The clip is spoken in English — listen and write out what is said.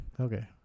okay